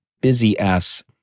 busy-ass